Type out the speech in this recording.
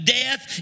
death